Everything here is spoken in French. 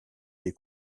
des